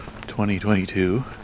2022